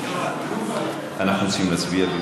אנחנו רוצים להצביע.